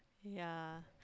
ya